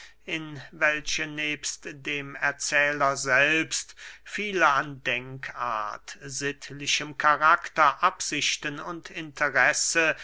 in welche nebst dem erzähler selbst viele an denkart sittlichem karakter absichten und interesse